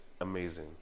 amazing